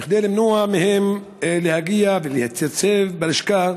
כדי למנוע מהם להגיע ולהתייצב בלשכה